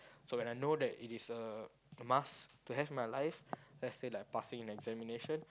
so when I know that it is a must to have in my life let's say like passing in examination